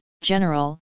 General